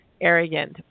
arrogant